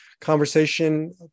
conversation